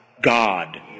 God